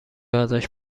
ازش